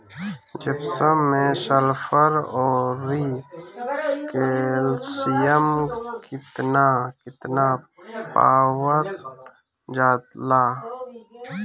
Gypsum मैं sulphur औरी calcium कितना कितना पावल जाला?